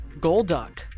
Golduck